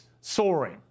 soaring